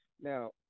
now